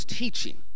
teaching